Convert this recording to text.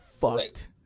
fucked